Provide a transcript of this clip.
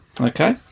Okay